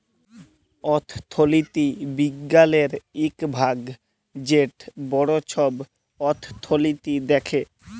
অথ্থলিতি বিজ্ঞালের ইক ভাগ যেট বড় ছব অথ্থলিতি দ্যাখে